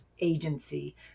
agency